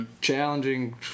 challenging